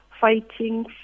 fighting